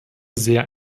sehr